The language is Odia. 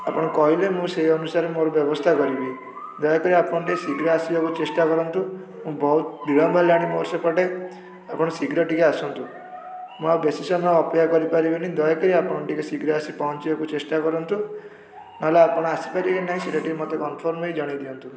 ଆପଣ କହିଲେ ମୁଁ ସେଇ ଅନୁସାରେ ମୋର ବ୍ୟବସ୍ଥା କରିବି ଦୟାକରି ଆପଣ ଟିକିଏ ଶୀଘ୍ର ଆସିବାକୁ ଚେଷ୍ଟା କରନ୍ତୁ ବହୁତ ବିଳମ୍ବ ହେଲାଣି ମୋର ସେପଟେ ଆପଣ ଶୀଘ୍ର ଟିକିଏ ଆସନ୍ତୁ ମୁଁ ଆଉ ବେଶୀ ସମୟ ଅପେକ୍ଷା କରିପାରିବିନି ଦୟାକରି ଆପଣ ଟିକିଏ ଶୀଘ୍ର ଆସି ପହଞ୍ଚିବାକୁ ଚେଷ୍ଟା କରନ୍ତୁ ନହେଲେ ଆପଣ ଆସିପାରିବେ କି ନାଇଁ ସେଇଟା ଟିକିଏ ମୋତେ କନଫର୍ମ ହେଇ ଜଣେଇ ଦିଅନ୍ତୁ